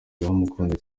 bamukunze